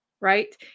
right